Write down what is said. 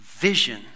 vision